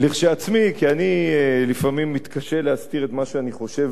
אני לפעמים מתקשה להסתיר את מה שאני חושב באמת,